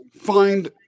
find